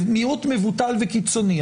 מיעוט מבוטל וקיצוני,